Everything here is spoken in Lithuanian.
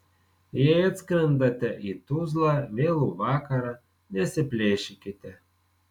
jei atskrendate į tuzlą vėlų vakarą nesiplėšykite